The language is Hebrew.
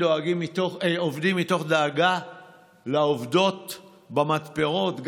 עובדים מתוך דאגה לעובדות במתפרות,